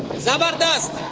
zabardast!